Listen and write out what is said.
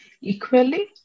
equally